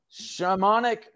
Shamanic